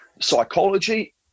psychology